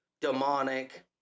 demonic